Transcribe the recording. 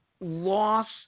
loss